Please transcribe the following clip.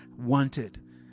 wanted